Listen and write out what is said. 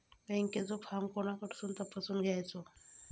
बँकेचो फार्म कोणाकडसून तपासूच बगायचा?